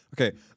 Okay